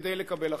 כדי לקבל החלטות.